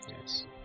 Yes